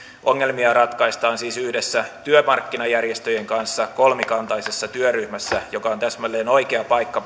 ongelmia ratkaistaan siis yhdessä työmarkkinajärjestöjen kanssa kolmikantaisessa työryhmässä joka on täsmälleen oikea paikka